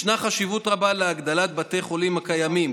ישנה חשיבות רבה להגדלת בתי חולים הקיימים,